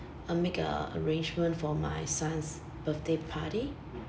uh make a arrangement for my son's birthday party